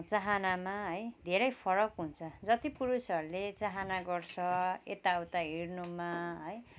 चाहानामा है धेरै फरक हुन्छ जति पुरुषहरूले चाहाना गर्छ यता उता हिड्नुमा है